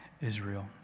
Israel